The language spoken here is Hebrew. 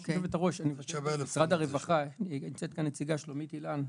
נמצאת כאן שלומית אילן,